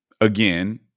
Again